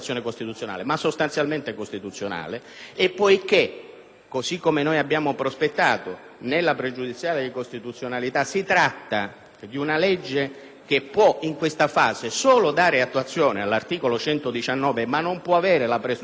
così come noi abbiamo prospettato nella pregiudiziale di costituzionalità, si tratta di un provvedimento che in questa fase può soltanto dare attuazione all'articolo 119, ma non può avere la presunzione di dare attuazione a quelle norme del Titolo V